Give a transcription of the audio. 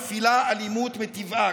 מפעילה אלימות מטבעה,